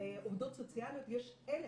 --- יש 1000